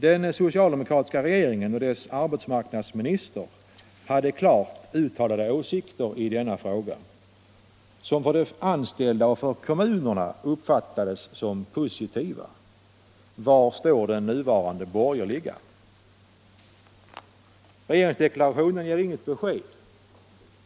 Den socialdemokratiska regeringen och dess arbetsmarknadsminister hade i denna fråga klart uttalade åsikter som för de anställda och för kommunen upplevdes som positiva. Var står den nuvarande borgerliga regeringen? Regeringsdeklarationen ger inget besked.